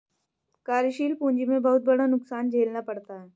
कार्यशील पूंजी में बहुत बड़ा नुकसान झेलना पड़ता है